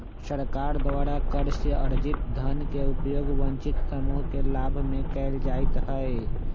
सरकार द्वारा कर से अरजित धन के उपयोग वंचित समूह के लाभ में कयल जाईत् हइ